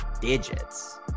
digits